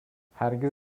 هرگز